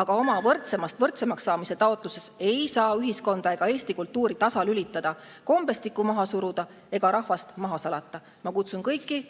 aga oma võrdsemast võrdsemaks saamise taotluses ei saa ühiskonda ega Eesti kultuuri tasalülitada, kombestikku maha suruda ja rahvast maha salata. Ma kutsun kõiki,